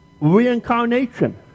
reincarnation